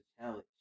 challenge